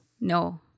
No